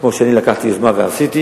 כמו שאני לקחתי יוזמה ועשיתי.